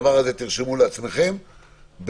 תרשמו לעצמכם,